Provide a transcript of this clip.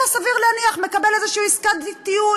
הוא היה, סביר להניח, מקבל איזו עסקת טיעון.